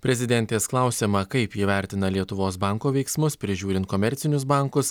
prezidentės klausiama kaip ji vertina lietuvos banko veiksmus prižiūrint komercinius bankus